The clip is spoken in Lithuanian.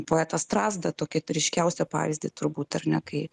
poetą strazdą tokią ryškiausią pavyzdį turbūt ar ne kai